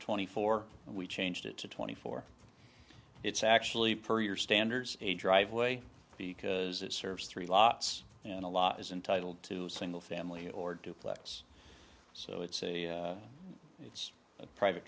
twenty four we changed it to twenty four it's actually per your standards a driveway because it serves three lots and a lot is entitled to a single family or duplex so it's a it's a private